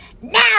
Now